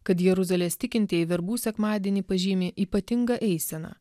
kad jeruzalės tikintieji verbų sekmadienį pažymi ypatinga eisena